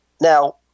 Now